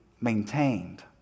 maintained